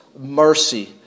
Mercy